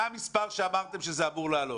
מה המספר שאמרתם שזה אמור לעלות?